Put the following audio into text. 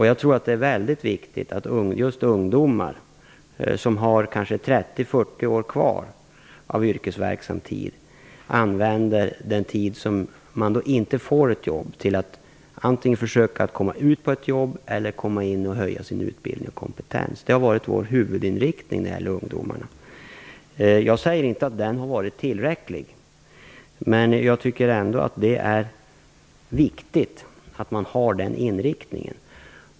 Jag tror att det är mycket viktigt att just ungdomar, som kanske har 30-40 år kvar av yrkesverksam tid, använder den tid de inte har ett jobb till att antingen försöka få ett jobb eller till att förbättra sin utbildning och öka sin kompetens. Det har varit vår huvudinriktning när det gäller ungdomar. Jag säger inte att den har varit tillräckligt, men jag tycker ändå att det är viktigt att man har den inriktningen.